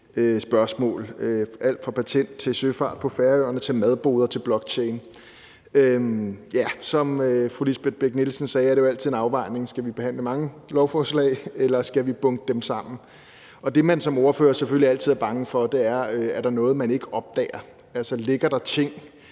spørgsmål om alt fra patent til søfart på Færøerne til madboder til blockchain. Som fru Lisbeth Bech-Nielsen sagde, er det jo altid en afvejning: Skal vi behandle mange lovforslag, eller skal vi bunke dem sammen? Og det, man som ordfører selvfølgelig altid er bange for, er, om der er noget, man ikke opdager. Altså, ligger der ting